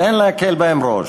ואין להקל בהם ראש".